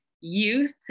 youth